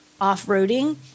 off-roading